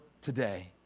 today